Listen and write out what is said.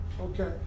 Okay